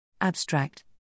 Abstract